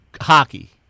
Hockey